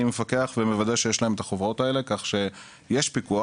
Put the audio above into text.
מפקח שיש להם את החוברות האלה כך שיש פיקוח,